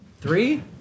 Three